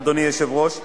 אדוני היושב-ראש,